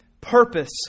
purpose